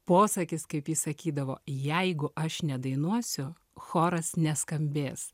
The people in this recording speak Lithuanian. posakis kaip ji sakydavo jeigu aš nedainuosiu choras neskambės